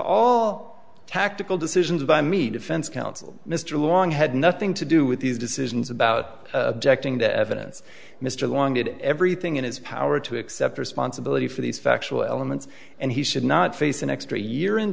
all tactical decisions by me defense counsel mr long had nothing to do with these decisions about objecting to evidence mr long did everything in his power to accept responsibility for these factual elements and he should not face an extra year in